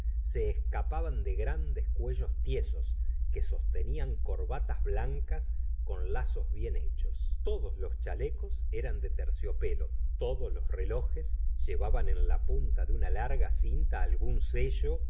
se escapaban de grandes cuellos tiesos que sostenían corbatas blancas con lazos bien hechos todos los chalecos eran de terciopelo todos los relojes llevaban en la punta de una larga cinta algún sello